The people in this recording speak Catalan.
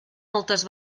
moltes